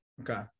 Okay